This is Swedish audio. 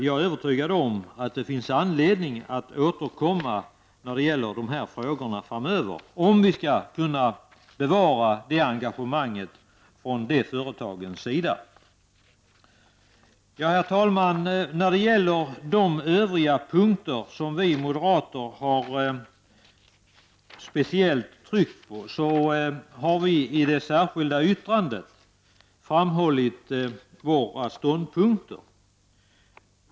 Jag är övertygad om att det finns anledning att återkomma i dessa frågor framöver, om vi skall kunna bevara detta engagemang från företagens sida. Herr talman! När det gäller de övriga punkter som vi moderater speciellt har betonat, har vi i det särskilda yttrandet framhållit våra ståndpunkter.